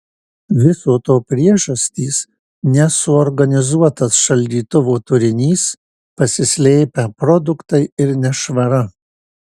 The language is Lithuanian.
viso to priežastys nesuorganizuotas šaldytuvo turinys pasislėpę produktai ir nešvara